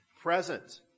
present